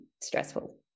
stressful